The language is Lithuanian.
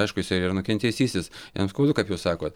aišku jisai ir yra nukentėjusysis jam skaudu kaip jūs sakot